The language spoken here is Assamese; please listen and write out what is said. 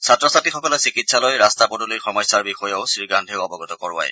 ছাত্ৰ ছাত্ৰীসকলে চিকিৎসালয় ৰাস্তা পদূলিৰ সমস্যাৰ বিষয়েও শ্ৰীগান্ধীক অৱগত কৰোৱায়